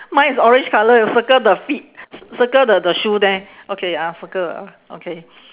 mine is orange colour you circle the feet cir~ circle the the shoe there okay ah circle the okay